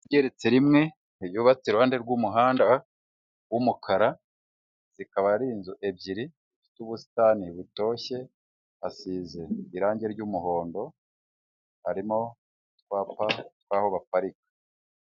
Igeretse rimwe yubatse iruhande rw'umuhanda w'umukara zikaba ari inzu ebyiri zifite ubusitani butoshye hasize irangi ry'umuhondo, harimo utwapa twaho baparika.